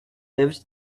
lived